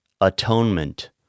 atonement